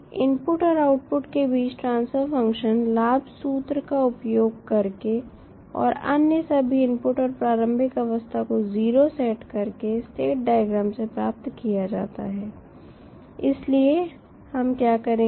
input और output के बीच ट्रांसफर फंक्शन लाभ सूत्र का उपयोग करके और अन्य सभी इनपुट और प्रारंभिक अवस्था को 0 सेट कर के स्टेट डायग्राम से प्राप्त किया जाता है इसलिए हम क्या करेंगे